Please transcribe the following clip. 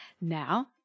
Now